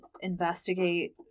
investigate